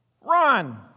run